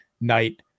night